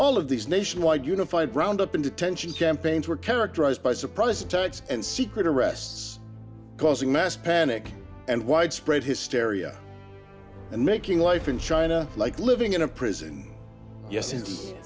all of these nationwide unified round up and detention campaigns were characterized by surprise attacks and secret arrests causing mass panic and widespread hysteria and making life in china like living in a prison yes i